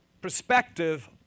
perspective